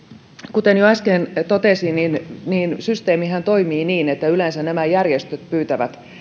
kuten jo äsken totesin systeemihän toimii niin että yleensä nämä järjestöt pyytävät